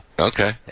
Okay